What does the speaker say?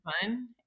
fun